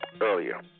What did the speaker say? earlier